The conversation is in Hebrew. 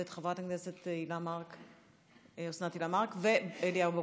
את חברת הכנסת אסנת הילה מארק ואת חבר הכנסת אליהו ברוכי,